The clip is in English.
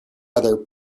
other